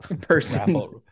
person